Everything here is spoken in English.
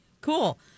Cool